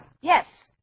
yes